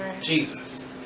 Jesus